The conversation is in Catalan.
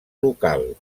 local